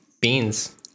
Beans